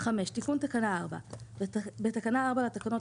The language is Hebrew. תיקון תקנה 4 5. בתקנה 4 לתקנות